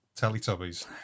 Teletubbies